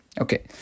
Okay